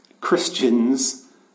Christians